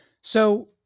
So-